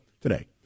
today